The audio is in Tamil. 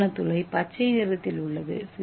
ஏ நானோ துளை பச்சை நிறத்தில் உள்ளது